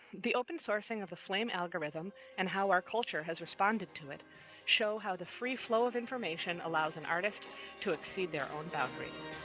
the open-sourcing of the flame algorithm and how our culture has responded to it show how the free flow of information allows an artist to exceed their own boundaries.